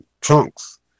trunks